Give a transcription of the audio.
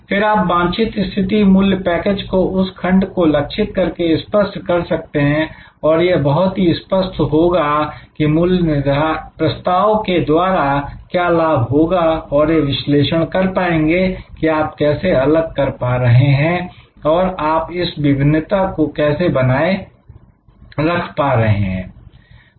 फिर आप वांछित स्थिति मूल्य पैकेज को उस खंड को लक्षित करके स्पष्ट कर सकते हैं और यह बहुत ही स्पष्ट होगा की मूल्य प्रस्ताव के द्वारा क्या लाभ होगा और यह विश्लेषण कर पाएंगे कि आप कैसे अलग कर पा रहे हैं और आप इस विभिन्नता को कैसे बनाए रख पा रहे हैं